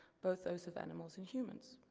both those of animals and humans.